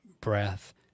breath